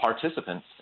participants